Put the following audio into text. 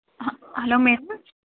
hello madam